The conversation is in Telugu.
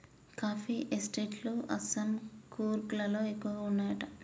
కాఫీ ఎస్టేట్ లు అస్సాం, కూర్గ్ లలో ఎక్కువ వున్నాయట